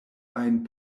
ajn